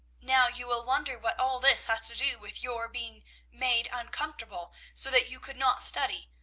now you will wonder what all this has to do with your being made uncomfortable, so that you could not study,